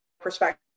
perspective